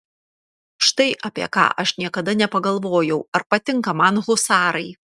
štai apie ką aš niekada nepagalvojau ar patinka man husarai